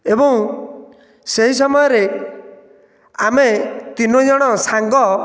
ଏବଂ ସେହି ସମୟରେ ଆମେ ତିନିଜଣ ସାଙ୍ଗ